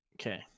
Okay